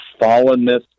fallenness